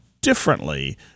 differently